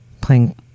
playing